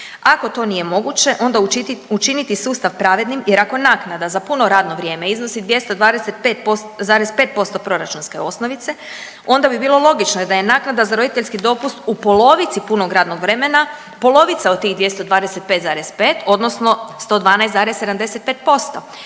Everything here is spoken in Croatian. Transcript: Ako to nije moguće onda učiniti sustav pravednim jer ako naknada za puno radno vrijeme iznosi 225,5% proračunske osnovice onda bi bilo logično da je naknada za roditeljski dopust u polovici punog radnog vremena polovica od tih 225,5 odnosno 112,75%,